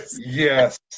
Yes